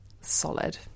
solid